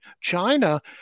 China